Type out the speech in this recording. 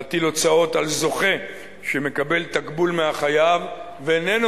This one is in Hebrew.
להטיל הוצאות על זוכה שמקבל תקבול מהחייב ואיננו